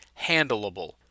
handleable